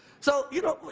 so you know,